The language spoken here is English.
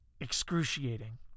excruciating